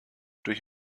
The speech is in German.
durch